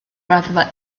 raddfa